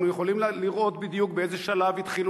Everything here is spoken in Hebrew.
אנחנו יכולים לראות בדיוק באיזה שלב התחילו